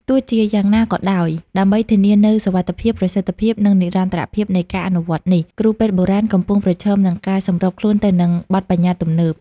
ទោះជាយ៉ាងណាក៏ដោយ ដើម្បីធានានូវសុវត្ថិភាព ប្រសិទ្ធភាព និងនិរន្តរភាពនៃការអនុវត្តនេះ គ្រូពេទ្យបុរាណកំពុងប្រឈមមុខនឹងការសម្របខ្លួនទៅនឹងបទប្បញ្ញត្តិទំនើប។